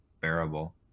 bearable